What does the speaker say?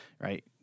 right